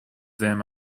them